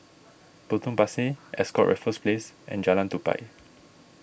Potong Pasir Ascott Raffles Place and Jalan Tupai